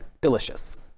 delicious